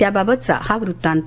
त्याबाबतचा हा वृत्तांत